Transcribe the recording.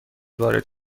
وارد